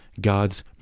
God's